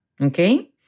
okay